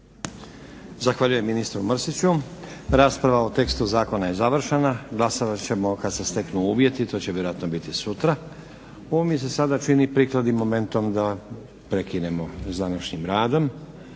Zahvaljujem ministru Mrsiću. Rasprava o tekstu zakona je završena. Glasovat ćemo kad se steknu uvjeti. To će vjerojatno biti sutra. Ovo mi se sada čini prikladnim momentom da prekinemo s današnjim radom.